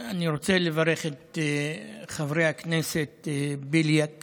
אני רוצה לברך את חברי הכנסת בליאק